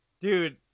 dude